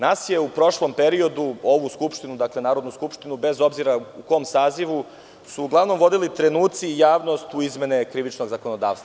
Nas su u prošlom periodu, ovu skupštinu, dakle Narodnu skupštinu, bez obzira u kom sazivu, uglavnom vodili trenuci i javnost u izmene krivičnog zakonodavstva.